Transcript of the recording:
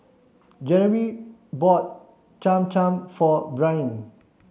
Jeremey bought Cham Cham for Brynn